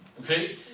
okay